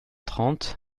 trente